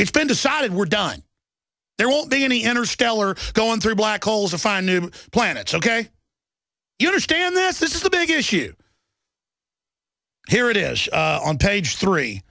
it's been decided we're done there won't be any interstellar going through black holes and find new planets ok you understand that this is the big issue here it is on page three